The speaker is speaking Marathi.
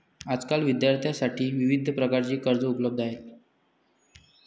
आजकाल विद्यार्थ्यांसाठी विविध प्रकारची कर्जे उपलब्ध आहेत